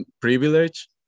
privilege